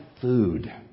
food